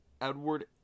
Edward